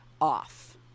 off